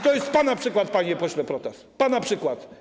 To jest pana przykład, panie pośle Protas, pana przykład.